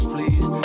please